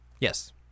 Yes